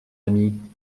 ami